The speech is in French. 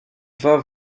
vas